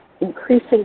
increasing